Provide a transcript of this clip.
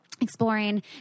exploring